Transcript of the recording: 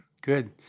good